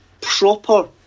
proper